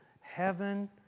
Heaven